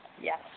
Yes